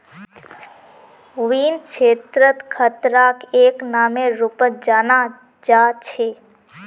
वित्त क्षेत्रत खतराक एक नामेर रूपत जाना जा छे